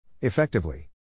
Effectively